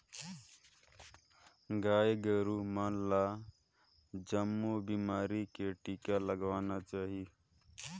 गाय गोरु मन ल जमो बेमारी के टिका लगवाना चाही